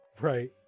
Right